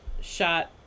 shot